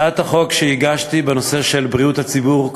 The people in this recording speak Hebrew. הצעת החוק שהגשתי בנושא של בריאות הציבור,